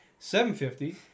750